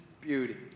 beauty